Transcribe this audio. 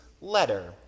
letter